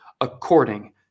according